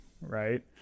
right